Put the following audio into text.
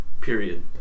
Period